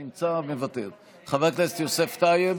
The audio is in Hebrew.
מוותר, חבר הכנסת יוסף טייב,